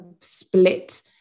split